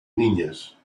niñas